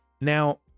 now